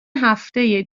هفته